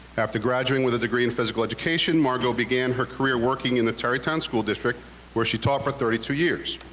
after graduating with a degree in physical education, margo began her career working in the tarrytown school district where she taught for thirty two years.